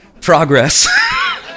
Progress